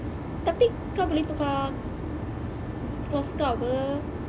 tapi kau boleh tukar course kau pe